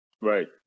Right